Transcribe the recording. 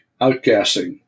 outgassing